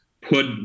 put